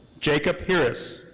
jacob hiris.